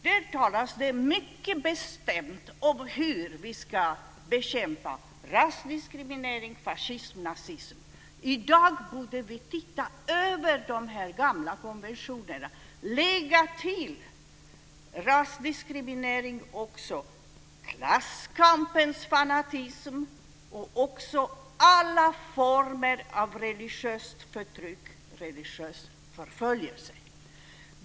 Där talas det mycket bestämt om hur vi ska bekämpa rasdiskriminering, fascism och nazism. I dag borde vi titta över de här gamla konventionerna. Till rasdiskrimineringen borde vi lägga också klasskampens fanatism samt alla former av religiöst förtryck och religiös förföljelse.